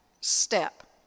step